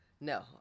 No